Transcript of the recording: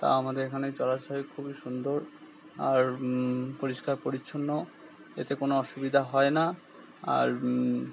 তা আমাদের এখানের জলাশয় খুবই সুন্দর আর পরিষ্কার পরিচ্ছন্ন এতে কোনো অসুবিধা হয় না আর